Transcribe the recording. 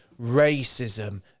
racism